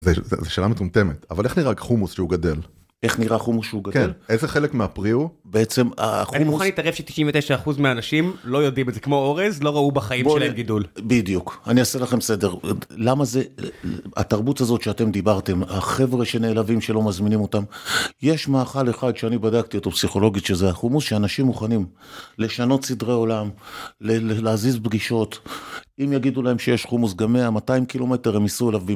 ו, ו... זו שאלה מטומטמת. אבל איך נראה חומוס שהוא גדל? איך נראה חומוס שהוא גדל? כן, איזה חלק מהפרי הוא? בעצם, ה... חומוס... אני מוכן להתערב ש 99% מהאנשים לא יודעים את זה. כמו אורז, לא ראו בחיים שלהם גידול. בדיוק. אני אעשה לכם סדר. למה זה, התרבות הזאת שאתם דיברתם, החברה שנעלבים שלא מזמינים אותם, יש מאכל אחד שאני בדקתי אותו פסיכולוגית שזה החומוס שאנשים מוכנים לשנות סדרי עולם, ל, להזיז פגישות, אם יגידו להם שיש חומוס גם 100, 200 קילומטר, הם יסעו אליו במ...